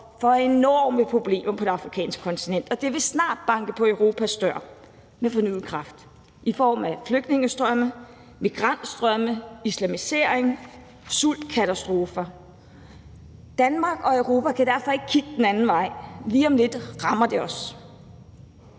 for enorme problemer på det afrikanske kontinent, og det vil snart banke på Europas dør med fornyet kraft i form af flygtningestrømme, migrantstrømme, islamisering, sultkatastrofer. Danmark og Europa kan derfor ikke kigge den anden vej, for lige om lidt rammer det os.